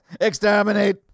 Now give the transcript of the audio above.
Exterminate